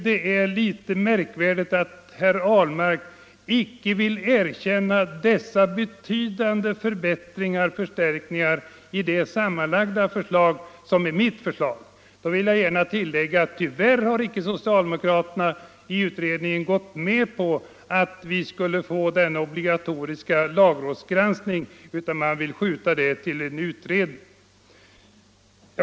Det är litet märkligt att herr Ahlmark icke vill erkänna dessa betydande förbättringar och förstärkningar i min sammanlagda bedömning. Jag vill tillägga att socialdemokraterna i utredningen tyvärr icke går med på införande av en obligatorisk lagrådsgranskning utan vill hänskjuta den frågan till en utredning.